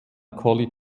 college